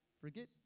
Forget